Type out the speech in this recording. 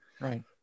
Right